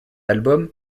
album